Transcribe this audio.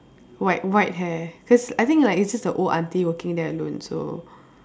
white white hair cause I think like it just the old aunty working there alone so